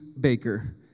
baker